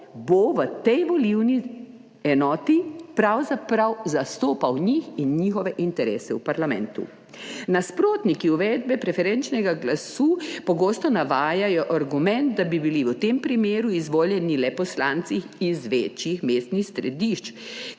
bo v tej volilni enoti pravzaprav zastopal njih in njihove interese v parlamentu. Nasprotniki uvedbe preferenčnega glasu pogosto navajajo argument, da bi bili v tem primeru izvoljeni le poslanci iz večjih mestnih središč,